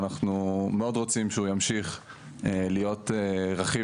ואנחנו מאוד רוצים שהוא ימשיך להיות רכיב